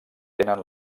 tenen